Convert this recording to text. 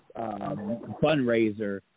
fundraiser